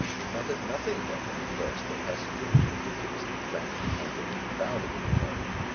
it mattered nothing that from the first the passenger was ridiculously cramped, hampered, and crowded in the carriage.